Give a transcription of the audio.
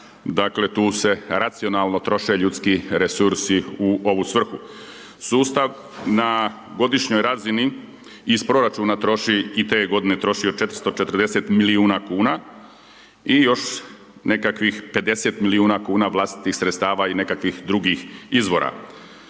dakle tu se racionalno troše ljudski resursi u ovu svrhu. Sustav na godišnjoj razini iz proračuna troši i te godine je trošio 440 milijuna kuna i još nekakvih 50 milijuna vlastitih sredstava i nekakvih drugih izvora.